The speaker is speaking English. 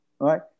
right